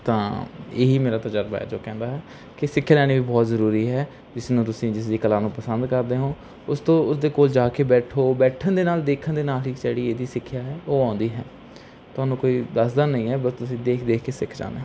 ਤਾਂ ਇਹ ਹੀ ਮੇਰਾ ਤਜਰਬਾ ਹੈ ਜੋ ਕਹਿੰਦਾ ਹੈ ਕਿ ਸਿੱਖਿਆ ਲੈਣੀ ਵੀ ਬਹੁਤ ਜ਼ਰੂਰੀ ਹੈ ਜਿਸ ਨੂੰ ਤੁਸੀਂ ਜਿਸ ਦੀ ਕਲਾ ਨੂੰ ਪਸੰਦ ਕਰਦੇ ਹੋ ਉਸ ਤੋਂ ਉਸ ਦੇ ਕੋਲ ਜਾ ਕੇ ਬੈਠੋ ਬੈਠਣ ਦੇ ਨਾਲ ਦੇਖਣ ਦੇ ਨਾਲ ਹੀ ਜਿਹੜੀ ਇਹਦੀ ਸਿੱਖਿਆ ਹੈ ਉਹ ਆਉਂਦੀ ਹੈ ਤੁਹਾਨੂੰ ਕੋਈ ਦੱਸਦਾ ਨਹੀਂ ਹੈ ਬਸ ਤੁਸੀਂ ਦੇਖ ਦੇਖ ਕੇ ਸਿੱਖ ਜਾਂਦੇ ਹੋ